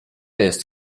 jest